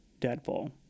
Deadpool